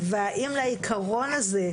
והאם לעקרון הזה,